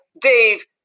Dave